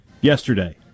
yesterday